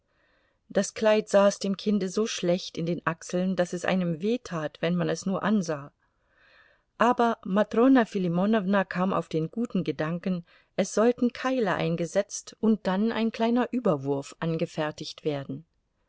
das kleid saß dem kinde so schlecht in den achseln daß es einem weh tat wenn man es nur ansah aber matrona filimonowna kam auf den guten gedanken es sollten keile eingesetzt und dann ein kleiner überwurf angefertigt werden